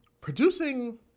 producing